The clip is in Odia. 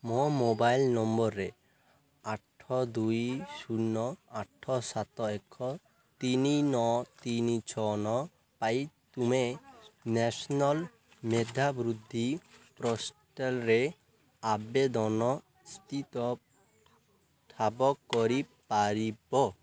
ମୋ ମୋବାଇଲ୍ ନମ୍ବର୍ରେ ଆଠ ଦୁଇ ଶୂନ ଆଠ ସାତ ଏକ ତିନ ନଅ ତିନ ଛଅ ନଅ ପାଇ ତୁମେ ନ୍ୟାସନାଲ୍ ମେଧାବୃତ୍ତି ପୋର୍ଟାଲରେ ଆବେଦନର ସ୍ଥିତ ଠାବ କରିପାରିବ